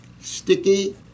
sticky